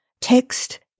text